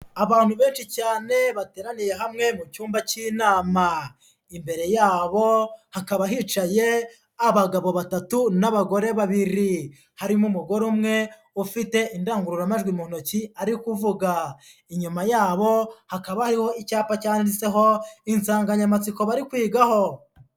Abantu benshi cyane bateraniye hamwe mu cyumba cy'inama, imbere yabo hakaba hicaye abagabo batatu n'abagore babiri, harimo umugore umwe ufite indangururamajwi mu ntoki arivuga, inyuma yabo hakaba hariho icyapa cyanditseho insanganyamatsiko barikwigaho.